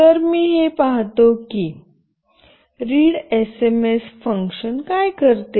तर मी हे पाहतो की हे रीड्रएसएमएस readsms फंक्शन काय करते